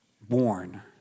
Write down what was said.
born